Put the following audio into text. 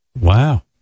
Wow